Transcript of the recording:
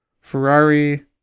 Ferrari